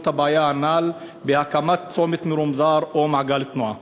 את הבעיה הנ"ל בהקמת צומת מרומזר או מעגל תנועה?